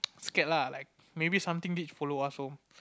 scared lah like maybe something did follow us home